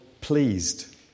pleased